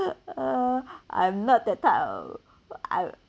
I'm not that type of I